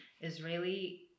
Israeli